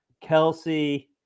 Kelsey